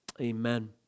Amen